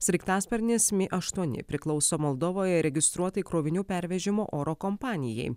sraigtasparnis mi aštuoni priklauso moldovoje registruotai krovinių pervežimo oro kompanijai